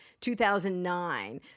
2009